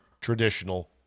traditional